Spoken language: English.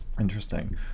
Interesting